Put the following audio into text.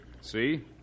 See